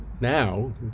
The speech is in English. now